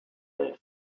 vest